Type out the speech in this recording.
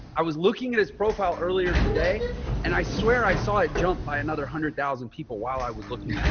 i was looking at his profile earlier today and i swear, i saw it jump by another a hundred thousand people while i was looking at